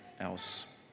else